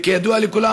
כידוע לכולם,